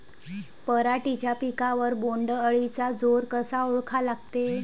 पराटीच्या पिकावर बोण्ड अळीचा जोर कसा ओळखा लागते?